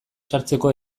sartzeko